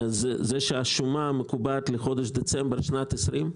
שהשומה המקובעת לחודש דצמבר שנת 20',